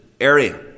area